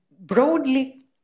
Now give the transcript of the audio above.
broadly